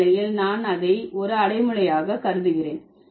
இந்த நிலையில் நான் அதை ஒரு அடைமொழியாக கருதுகிறேன்